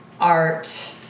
art